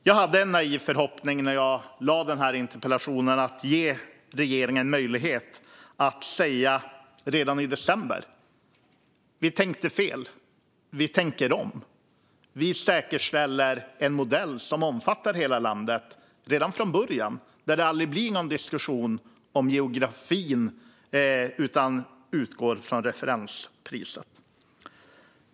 Jag hade en naiv förhoppning när jag ställde interpellationen om att ge regeringen möjlighet att redan i december säga: Vi tänkte fel. Vi tänker om. Vi säkerställer en modell som omfattar hela landet redan från början, där det aldrig blir någon diskussion om geografin utan där man utgår från referenspriset.